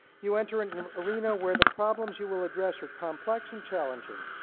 you enter an arena where the problems you will address are complex and challenging.